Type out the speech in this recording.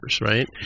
right